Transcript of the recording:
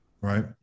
right